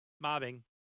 Mobbing